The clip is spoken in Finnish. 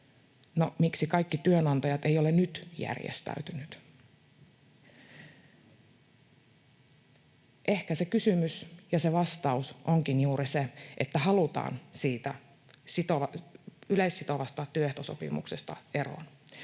miksi kaikki työnantajat eivät ole nyt järjestäytyneet? Ehkä se kysymys, ja se vastaus, onkin juuri se, että halutaan siitä yleissitovasta työehtosopimuksesta eroon.